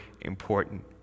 important